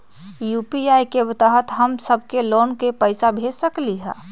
UPI के तहद हम सब लोग को पैसा भेज सकली ह?